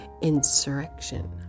insurrection